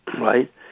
Right